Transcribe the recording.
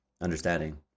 understanding